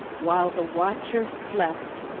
while the watcher slept,